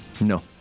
No